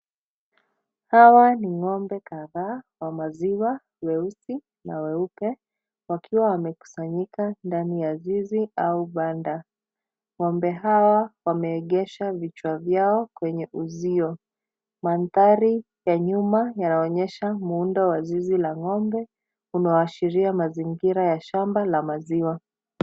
Hawa ni ng'ombe kadhaa wa maziwa, weusi na weupe wakiwa wamekusanyika ndani ya zizi au banda.Ng'ombe hawa wameegesha vichwa vyao kwenye uzio. Mandhari ya nyumba yanaonyesha muundo wa zizi la ng'ombe unaoashiria mazingira ya shamba la maziwa.